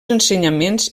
ensenyaments